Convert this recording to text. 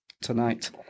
tonight